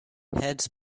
heads